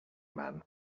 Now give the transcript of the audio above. man